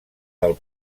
del